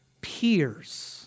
peers